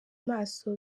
maso